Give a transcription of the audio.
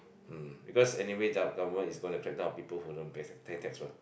mm because anyway gov~ government is gonna track down people who don't pay pay tax mah